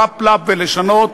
חאפ-לאפ ולשנות,